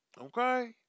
Okay